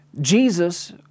Jesus